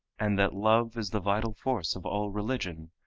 and that love is the vital force of all religion,